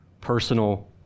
personal